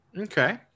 Okay